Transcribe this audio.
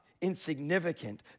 insignificant